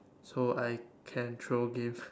so I can throw games